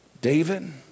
David